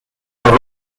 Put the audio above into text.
اعصاب